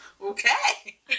okay